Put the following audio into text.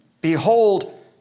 Behold